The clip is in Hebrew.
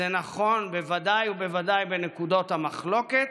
זה נכון, בוודאי ובוודאי, בנקודות המחלוקת,